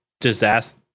disaster